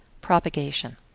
Propagation